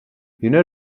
jiné